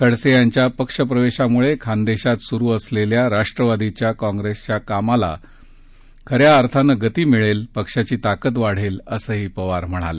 खडसे यांच्या पक्षप्रवेशामुळे खानदेशात सुरु असलेल्या राष्ट्रवादीच्या काँग्रेसच्या कामाला खऱ्या अर्थानं गती मिळेल पक्षाची ताकद वाढेल असंही पवार म्हणाले